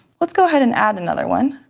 let's go ahead, and add another one,